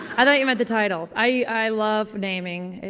i thought you meant the titles. i, i love naming.